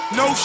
no